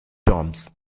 tombs